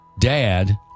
dad